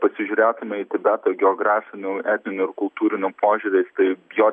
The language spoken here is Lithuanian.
pasižiūrėtume į tibetą geografinių etninių ir kultūriniu požiūriais tai jo